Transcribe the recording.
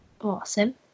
Awesome